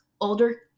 older